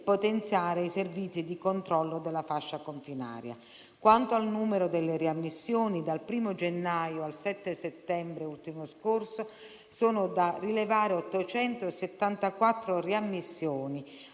potenziare i servizi di controllo della fascia confinaria. Quanto al numero delle riammissioni, dal 1° gennaio al 7 settembre ultimo scorso sono da rilevare 874 riammissioni,